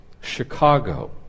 Chicago